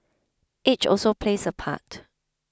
age also plays a part